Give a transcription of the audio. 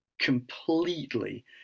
completely